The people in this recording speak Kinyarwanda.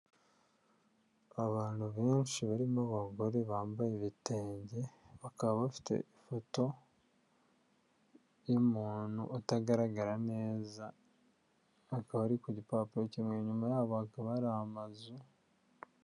Abantu benshi barimo abagore bambaye ibitenge, bakaba bafite ifoto y'umuntu utagaragara neza akaba ariko ku gipapuro kimwe, inyuma yabo akaba amazu...